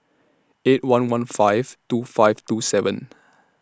eight one one five two five two seven